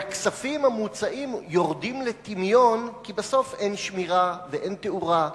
והכספים המוצאים יורדים לטמיון כי בסוף אין שמירה ואין תאורה,